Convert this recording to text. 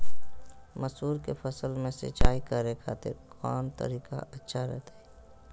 मसूर के फसल में सिंचाई करे खातिर कौन तरीका अच्छा रहतय?